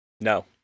no